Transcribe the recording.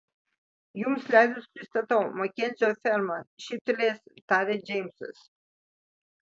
jums leidus pristatau makenzio ferma šyptelėjęs tarė džeimsas